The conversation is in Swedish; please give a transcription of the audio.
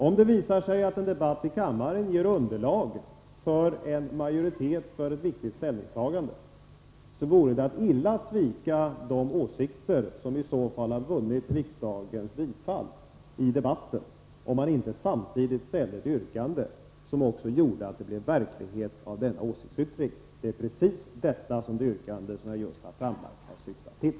Om det visar sig att en debatt i kammaren ger underlag för en majoritet till förmån för ett viktigt stånd Nr 166 punktstagande, vore det att illa svika de åsikter som kommer fram i debatten, om man inte samtidigt ställde ett yrkande innebärande att åsiktsyttringarna kan omsättas i verklig handling. Det är just detta som yrkandet syftar till.